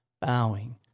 bowing